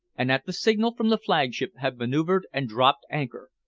and at the signal from the flagship had maneuvered and dropped anchor,